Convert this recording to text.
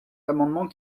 amendement